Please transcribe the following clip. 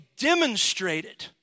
demonstrated